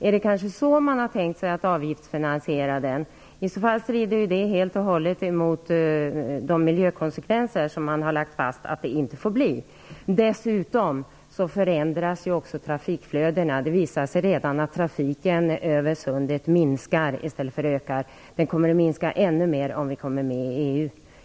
Är det så man har tänkt sig att avgiftsfinansiera bron? Det strider i så fall helt och hållet mot uttalandena om att det inte fick bli några miljökonsekvenser. Dessutom förändras trafikflödena. Det visar sig redan att trafiken över sundet minskar i stället för ökar. Den kommer att minska ännu mer om vi går med i EU.